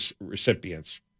recipients